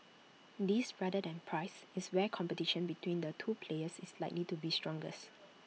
this rather than price is where competition between the two players is likely to be strongest